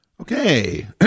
Okay